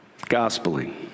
gospeling